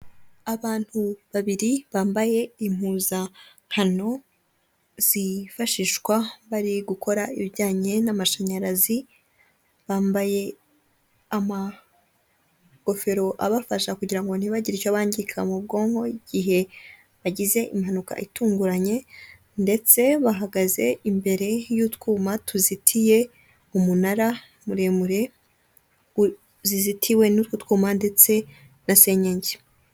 Abantu babiri bambaye impuzankano zifashishwa bari gukora ibijyanye n'amashanyarazi, bambaye amagofero abafasha kugira ngo ntibagire icyo bangirika mu bwonko, igihe bagize impanuka itunguranye, ndetse bahagaze imbere y'utwuma tuzitiye umunara muremure, zizitiwe n'utwo twuma, ndetse na senyenge.